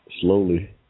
slowly